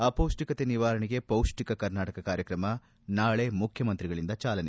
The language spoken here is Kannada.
ಅಪೌಷ್ಠಿಕತೆ ನಿವಾರಣೆಗೆ ಪೌಷ್ಠಿಕ ಕರ್ನಾಟಕ ಕಾರ್ಯಕ್ರಮ ನಾಳೆ ಮುಖ್ಯಮಂತ್ರಿಗಳಿಂದ ಜಾಲನೆ